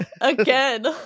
Again